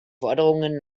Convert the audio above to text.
forderungen